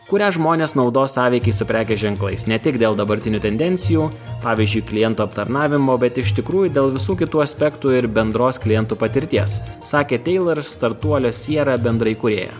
kurią žmones naudos su prekių ženklais ne tik dėl dabartinių tendencijų pavyzdžiui klientų aptarnavimo bet iš tikrųjų dėl visų kitų aspektų ir bendros klientų patirties sakė teilor startuolio sierra bendra kūrėja